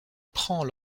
prend